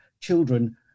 children